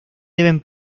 deben